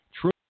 true